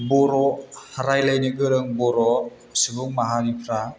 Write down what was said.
बर' रायलायनो गोरों बर' सुबुं माहारिफ्रा